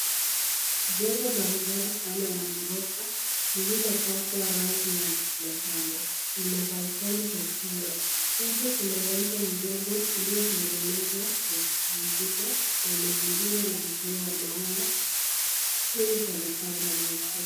Jengo maridadi sana la ghorofa lililopakwa rangi ya manjano na balkoni za chuma nje kuna uwanja mdogo ulio tengenezwa wa kupumzika na umezingirwa na uzio wa maua chini pamepandwa nyasi.